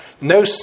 no